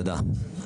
תודה.